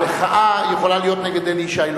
המחאה יכולה להיות נגד אלי ישי,